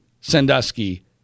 Sandusky